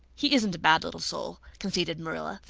he isn't a bad little soul, conceded marilla.